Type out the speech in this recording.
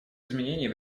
изменений